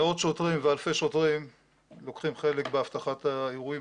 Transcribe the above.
מאות שוטרים ואלפי שוטרים לוקחים חלק באבטחת האירועים